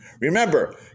Remember